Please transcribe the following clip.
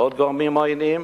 ועוד גורמים עוינים,